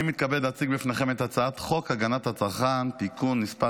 אני מתכבד להציג בפניכם את הצעת חוק הגנת הצרכן (תיקון מס'